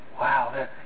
Wow